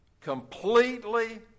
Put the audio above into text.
completely